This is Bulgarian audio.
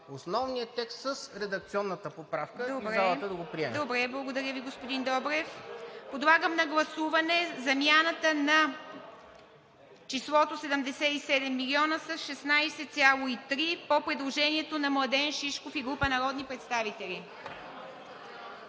основния текст с редакционната поправка и залата да го приеме. ПРЕДСЕДАТЕЛ ИВА МИТЕВА: Добре. Благодаря Ви, господин Добрев. Подлагам на гласуване замяната на „числото 77 милиона“ със „16.3“ по предложението на Младен Шишков и група народни представители.